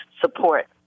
support